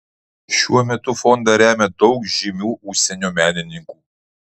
šiuo metu fondą remia daug žymių užsienio menininkų